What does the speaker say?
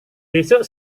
besok